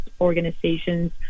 organizations